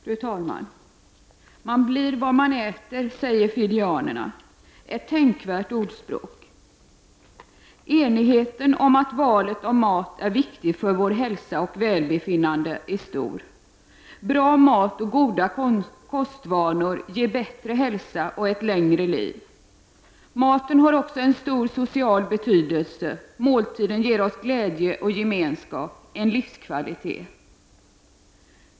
Fru talman! Man blir vad man äter, säger fijianerna — ett tänkvärt ordspråk. Enigheten om att valet av mat är viktigt för vår hälsa och välbefinnande är stor. Bra mat och goda kostvanor ger bättre hälsa och ett längre liv. Maten har också stor social betydelse — måltiden ger oss glädje och gemenskap, en livskvalitet.